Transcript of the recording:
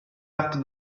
after